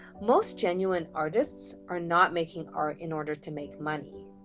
most genuine artists are not making art in order to make money,